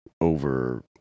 over